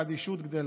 והאדישות גדלה.